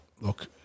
look